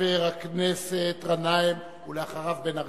חבר הכנסת גנאים, ואחריו, בן-ארי.